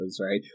right